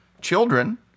children